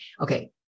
Okay